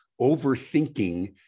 overthinking